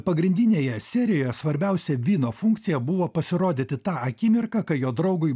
pagrindinėje serijoje svarbiausia vino funkcija buvo pasirodyti tą akimirką kai jo draugui